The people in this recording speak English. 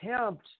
attempt